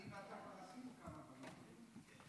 אני ואתה עשינו כבר כמה דברים טובים.